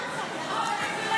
זה חוק מצוין.